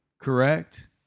correct